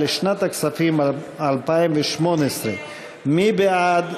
אבל לשנת הכספים 2018. מי בעד?